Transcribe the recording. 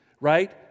right